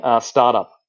startup